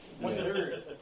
One-third